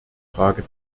frage